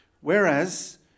Whereas